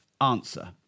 answer